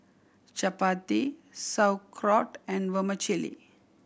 Chapati Sauerkraut and Vermicelli